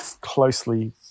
closely